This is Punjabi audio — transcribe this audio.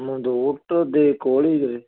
ਮਨਦੌਤ ਦੇ ਕੋਲ ਹੀ ਏ